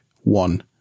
One